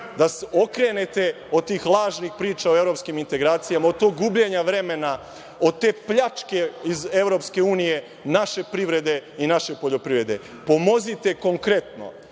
se okrenete od tih lažnih priča o evropskim integracijama, od tog gubljenja vremena, od te pljačke iz EU naše privrede i naše poljoprivrede. Pomozite konkretno